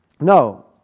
No